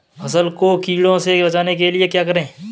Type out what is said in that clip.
फसल को कीड़ों से बचाने के लिए क्या करें?